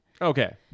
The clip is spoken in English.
okay